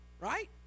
Right